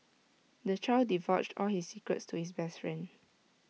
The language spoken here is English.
the child divulged all his secrets to his best friend